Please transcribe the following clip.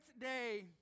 day